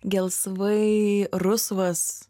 gelsvai rusvas